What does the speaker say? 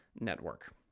network